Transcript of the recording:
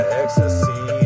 ecstasy